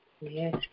Yes